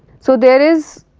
so, there is